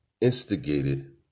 instigated